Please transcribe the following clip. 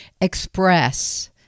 express